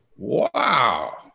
Wow